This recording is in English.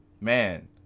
Man